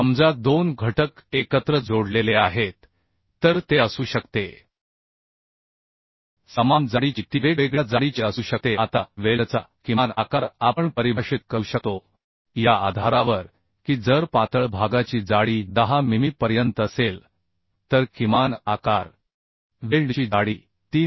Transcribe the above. समजा 2 घटक एकत्र जोडलेले आहेत तर ते असू शकते समान जाडीची ती वेगवेगळ्या जाडीची असू शकते आता वेल्डचा किमान आकार आपण परिभाषित करू शकतो या आधारावर की जर पातळ भागाची जाडी 10 मिमी पर्यंत असेल तर किमान आकार वेल्डची जाडी 3 मि